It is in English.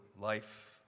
life